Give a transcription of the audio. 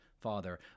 father